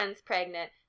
pregnant